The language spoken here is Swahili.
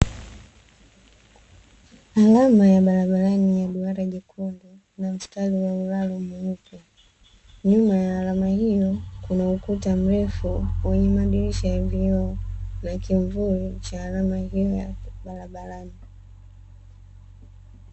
Alama ya barabarani ya duara jekundu na mstari waulalo mweupe. Nyuma ya alama hiyo kuna ukuta mrefu wenye madirisha ya vioo na kiuvuli cha alama hiyo ya barabarani.